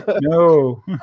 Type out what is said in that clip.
No